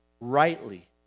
rightly